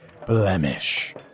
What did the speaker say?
Blemish